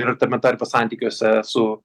ir tame tarpe santykiuose su